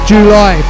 July